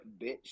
Bitch